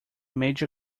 major